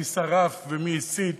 ומי שרף ומי הסית.